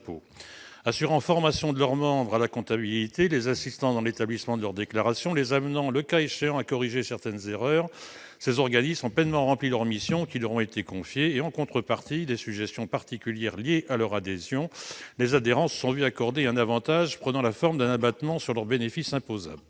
Assurant la formation de leurs membres à la comptabilité, les assistant dans l'établissement de leurs déclarations annuelles, les amenant, le cas échéant, à corriger certaines erreurs, ces organismes ont pleinement rempli les missions qui leur ont été confiées. En contrepartie des sujétions particulières liées à leur adhésion, leurs membres se sont vu accorder un avantage prenant la forme d'un abattement sur leur bénéfice imposable.